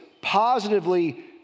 positively